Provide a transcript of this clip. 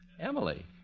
Emily